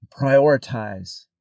prioritize